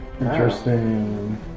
Interesting